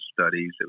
studies